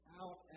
out